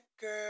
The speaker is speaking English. girl